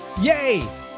Yay